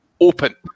open